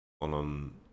On